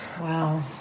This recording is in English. Wow